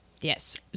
Yes